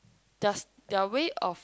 does their way of